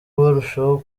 barushaho